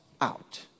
out